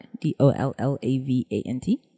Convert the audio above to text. D-O-L-L-A-V-A-N-T